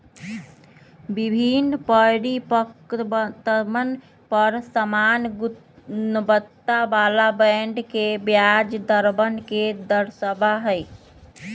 विभिन्न परिपक्वतवन पर समान गुणवत्ता वाला बॉन्ड के ब्याज दरवन के दर्शावा हई